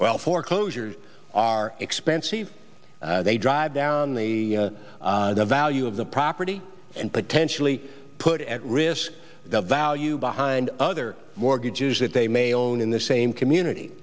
well foreclosures are expensive they drive down the value of the property and potentially put at risk the value behind other mortgages that they may own in the same community